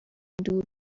دور